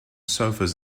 sofas